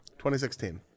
2016